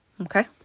Okay